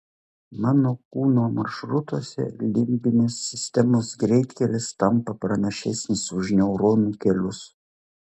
mano kūno maršrutuose limbinės sistemos greitkelis tampa pranašesnis už neuronų kelius